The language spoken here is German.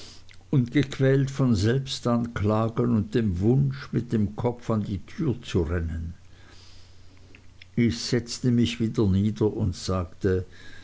und gequält von selbstanklagen und dem wunsch mit dem kopf an die tür zu rennen ich setzte mich wieder nieder und sagte